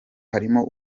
harimo